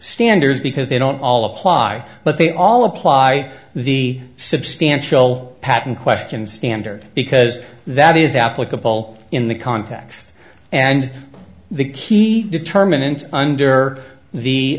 standards because they don't all apply but they all apply the substantial patent question standard because that is applicable in the context and the key determinant under